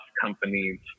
companies